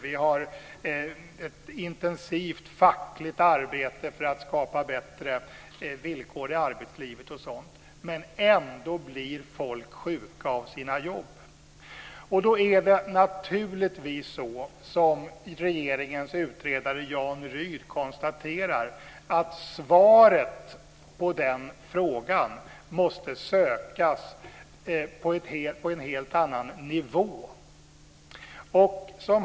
Det bedrivs ett intensivt fackligt arbete för att skapa bättre villkor i arbetslivet osv. Ändå blir folk sjuka av sina jobb. Det är naturligtvis så som regeringens utredare Jan Rydh konstaterar att svaret på den frågan måste sökas på en helt annan nivå.